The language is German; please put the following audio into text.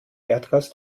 erdgas